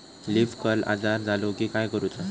Leaf curl आजार झालो की काय करूच?